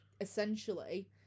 essentially